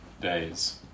days